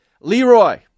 Leroy